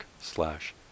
slash